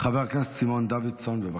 חבר הכנסת סימון דוידסון, בבקשה.